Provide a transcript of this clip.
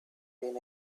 been